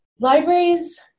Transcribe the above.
libraries